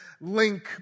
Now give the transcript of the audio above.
link